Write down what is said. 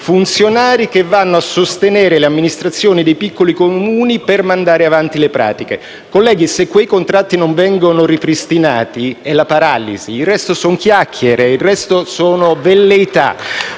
funzionari chiamati a sostenere le amministrazioni dei piccoli Comuni per mandare avanti le pratiche. Colleghi, se quei contratti non vengono ripristinati, è la paralisi; il resto sono chiacchiere, velleità.